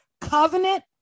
covenant